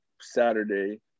saturday